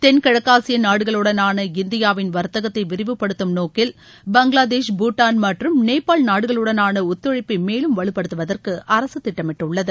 தென்கிழக்காசிய நாடுகளுடனான இந்தியாவின் வர்த்தகத்தை விரிவுப்படுத்தும் நோக்கில் பங்களாதேஷ் பூட்டான் மற்றும் நேபாள் நாடுகளுடனான ஒத்துழைப்பை மேலும் வலுப்படுத்துவதற்கு அரசு திட்டமிட்டுள்ளது